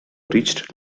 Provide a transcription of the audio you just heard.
reached